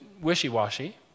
wishy-washy